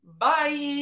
Bye